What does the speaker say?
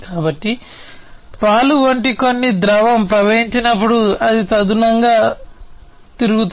కాబట్టి పాలు వంటి కొన్ని ద్రవం ప్రవహించినప్పుడు అది తదనుగుణంగా తిరుగుతుంది